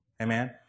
Amen